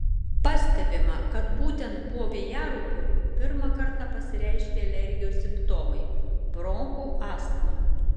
pastebima kad būtent po vėjaraupių pirmą kartą pasireiškia alergijos simptomai bronchų astma